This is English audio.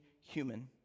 human